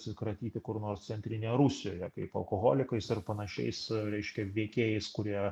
atsikratyti kur nors centrinėje rusijoje kaip alkoholikais ar panašiais reiškia veikėjais kurie